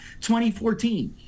2014